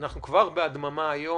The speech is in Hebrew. אנחנו כבר בהדממה היום,